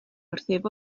wrthyf